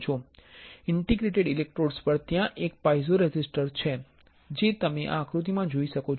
interdigitated electrodes પર ત્યાં એક પાઇઝો રેઝિસ્ટર છે જે તમે આ આકૃતિમાં જોઈ શકો છો